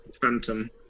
phantom